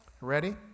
Ready